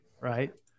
right